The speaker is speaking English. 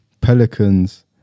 Pelicans